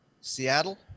Seattle